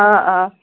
آ آ